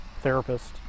therapist